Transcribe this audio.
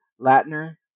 Latner